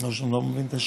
אני לא מבין את השאילתה.